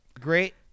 Great